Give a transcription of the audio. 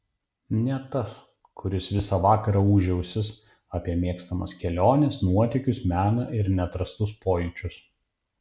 ne tas kuris visą vakarą ūžė ausis apie mėgstamas keliones nuotykius meną ir neatrastus pojūčius